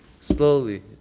Slowly